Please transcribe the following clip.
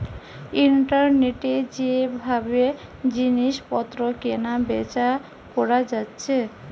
ইন্টারনেটে যে ভাবে জিনিস পত্র কেনা বেচা কোরা যাচ্ছে